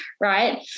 right